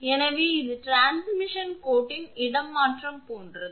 எனவே இது டிரான்ஸ்மிஷன் கோட்டின் இடமாற்றம் போன்றது